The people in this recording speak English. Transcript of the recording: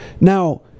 now